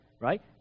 right